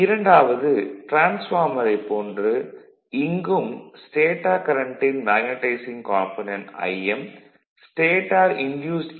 இரண்டாவது டிரான்ஸ்பார்மரைப் போன்று இங்கும் ஸ்டேடார் கரண்ட்டின் magnetising component Im stator induced ஈ